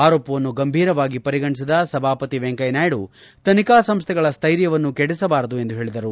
ಆರೋಪವನ್ನು ಗಂಭೀರವಾಗಿ ಪರಿಗಣಿಸಿದ ಸಭಾಪತಿ ವೆಂಕಯ್ಯ ನಾಯ್ದು ತನಿಖಾ ಸಂಸ್ವೆಗಳ ಸ್ಲೈರ್ಯವನ್ನು ಕೆಡಿಸಬಾರದು ಎಂದು ಹೇಳಿದರು